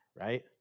right